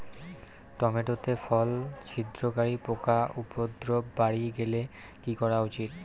Tomato তে ফল ছিদ্রকারী পোকা উপদ্রব বাড়ি গেলে কি করা উচিৎ?